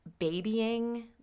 babying